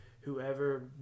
whoever